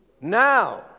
now